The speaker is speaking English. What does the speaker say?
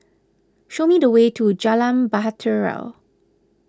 show me the way to Jalan Bahtera